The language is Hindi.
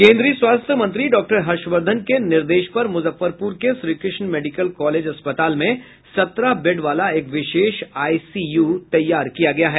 केन्द्रीय स्वास्थ्य मंत्री डॉक्टर हर्षवर्द्वन के निर्देश पर मुजफ्फरपूर के श्रीकृष्ण मेडिकल कॉलेज अस्पताल में सत्रह बेड वाला एक विशेष आईसीयू तैयार किया गया है